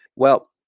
well,